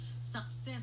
success